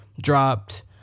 dropped